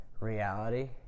reality